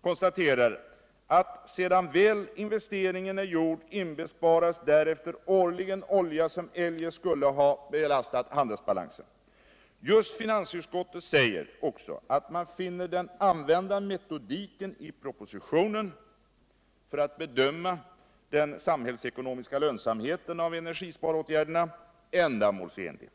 konstaterar att sedan väl investeringen är gjord 79 inbesparas därefter årligen olja som eljest skulle ha belastat handelsbalansen. Just finansutskottet säger också att man finner den använda metoden i propositionen för att bedöma den samhällsekonomiska lönsamheten av energisparåtgärderna ändamålsenlig.